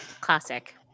Classic